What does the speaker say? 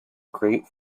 great